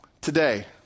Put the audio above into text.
today